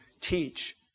teach